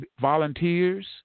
volunteers